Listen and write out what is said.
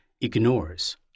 ignores